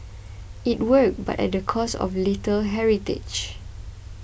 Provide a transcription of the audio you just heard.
it worked but at the cost of a little heritage